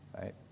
right